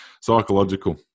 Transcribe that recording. psychological